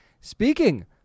speaking